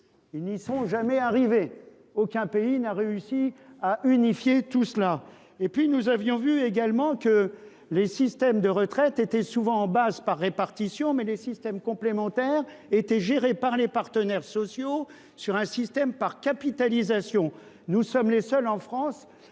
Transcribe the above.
ils n'y sont jamais arrivés ! Aucun pays n'a réussi à tout unifier. Enfin, nous avons constaté que les systèmes de retraite de base étaient souvent des systèmes par répartition, mais que les systèmes complémentaires étaient gérés par les partenaires sociaux selon un système par capitalisation. Nous sommes les seuls en France